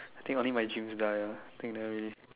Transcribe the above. I think only my dreams die ah take that way